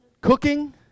cooking